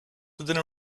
than